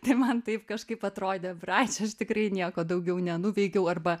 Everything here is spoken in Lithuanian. tai man taip kažkaip atrodė brač aš tikrai nieko daugiau nenuveikiau arba